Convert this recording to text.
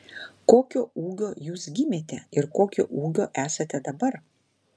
kokio ūgio jūs gimėte ir kokio ūgio esate dabar